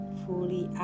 fully